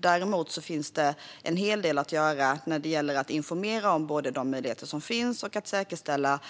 Däremot finns det en hel del att göra när det gäller att informera om de möjligheter som finns och när det gäller att säkerställa